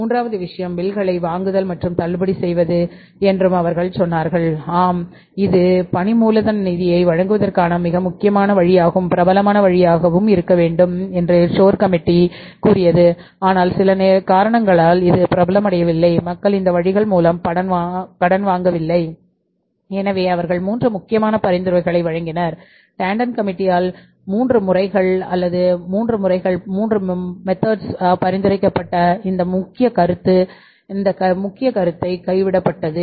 மூன்றாவது விஷயம் பில்களை முறை எண் 3 இல் பரிந்துரைக்கப்பட்ட இந்த முக்கிய கருத்து என்ற முக்கிய கருத்தை கைவிட்டுவிட்டது